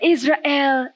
Israel